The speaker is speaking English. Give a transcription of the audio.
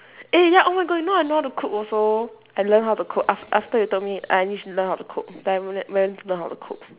eh ya oh my god you know I know how to cook also I learn how to cook af~ after you told me I need to learn how to cook then I went went to learn how to cook